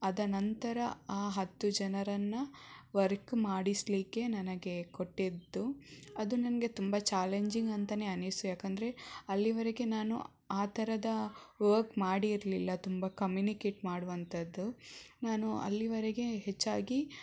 ಆದ ನಂತರ ಆ ಹತ್ತು ಜನರನ್ನು ವರ್ಕ್ ಮಾಡಿಸಲಿಕ್ಕೆ ನನಗೆ ಕೊಟ್ಟಿದ್ದು ಅದು ನನಗೆ ತುಂಬ ಚಾಲೆಂಜಿಂಗ್ ಅಂತಾನೇ ಅನ್ನಿಸ್ತು ಯಾಕೆಂದರೆ ಅಲ್ಲಿಯವರೆಗೆ ನಾನು ಆ ಥರದ ವರ್ಕ್ ಮಾಡಿರಲಿಲ್ಲ ತುಂಬ ಕಮ್ಯುನಿಕೇಟ್ ಮಾಡುವಂತಹದ್ದು ನಾನು ಅಲ್ಲಿಯವರೆಗೆ ಹೆಚ್ಚಾಗಿ